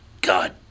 God